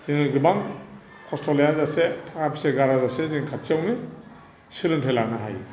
जोङो गोबां खस्त' लायाजासे थाखा फैसा गाराजासे जों खाथियावनो सोलोंथाय लानो हायो